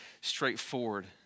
straightforward